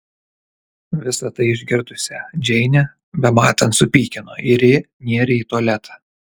visa tai išgirdusią džeinę bematant supykino ir ji nėrė į tualetą